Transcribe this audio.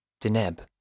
Deneb